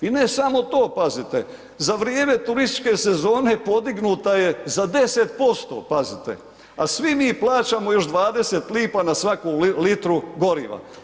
I ne samo to pazite, za vrijeme turističke sezone podignuta je za 10%, pazite, a svi mi plaćamo još 20 lipa na svaku litru goriva.